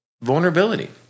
vulnerability